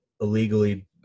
illegally